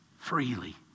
freely